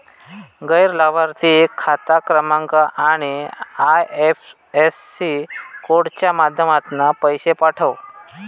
गैर लाभार्थिक खाता क्रमांक आणि आय.एफ.एस.सी कोडच्या माध्यमातना पैशे पाठव